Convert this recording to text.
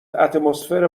اتمسفر